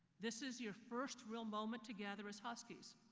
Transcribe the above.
this is your first real moment together as huskies,